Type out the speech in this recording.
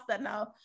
now